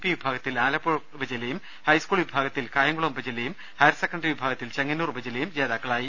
P വിഭാഗത്തിൽ Alappuzha ഉപജില്ലയും high school വിഭാഗത്തിൽ കായംകുളം ഉപജില്ലയും ഹയർ സെക്കൻഡറി വിഭാഗത്തിൽ ചെങ്ങന്നൂർ ഉപജില്ലയും ജേതാക്കളായി